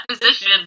position